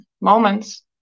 moments